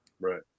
Right